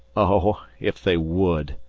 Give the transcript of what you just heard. oh! if they would!